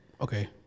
Okay